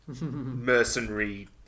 mercenary